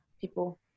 people